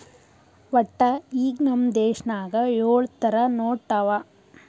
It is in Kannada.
ವಟ್ಟ ಈಗ್ ನಮ್ ದೇಶನಾಗ್ ಯೊಳ್ ಥರ ನೋಟ್ ಅವಾ